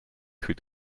goed